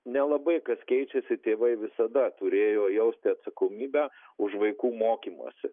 nelabai kas keičiasi tėvai visada turėjo jausti atsakomybę už vaikų mokymąsi